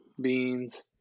beans